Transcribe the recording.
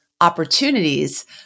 opportunities